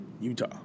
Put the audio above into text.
Utah